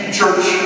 church